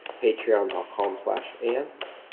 patron dot com slash and um